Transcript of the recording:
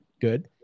Good